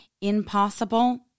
impossible